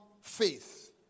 faith